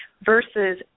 versus